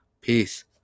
Peace